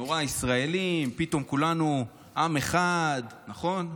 נורא ישראלים, פתאום כולנו עם אחד, נכון?